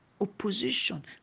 opposition